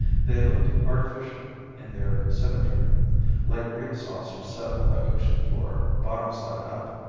they looked artificial in their symmetry like great saucers set on the ocean floor bottom side up.